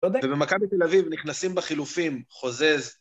ובמכבי תל אביב נכנסים בחילופים, חוזז.